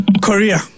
Korea